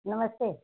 नमस्ते